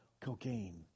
cocaine